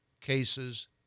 cases